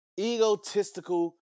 egotistical